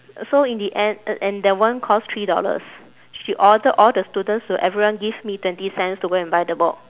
so in the end and that one costs three dollars she order all the students to everyone give me twenty cents to go and buy the book